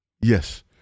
Yes